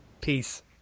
Peace